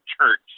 church